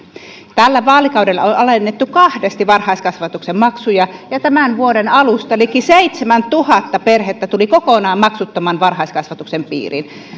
tällä vaalikaudella on on alennettu kahdesti varhaiskasvatuksen maksuja ja tämän vuoden alusta liki seitsemäntuhatta perhettä tuli kokonaan maksuttoman varhaiskasvatuksen piiriin